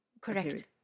Correct